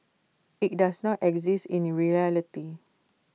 IT does not exist in reality